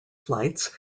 flights